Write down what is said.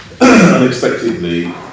unexpectedly